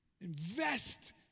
invest